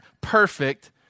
perfect